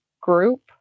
group